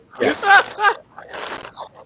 Yes